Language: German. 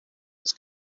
das